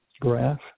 graph